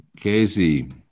Casey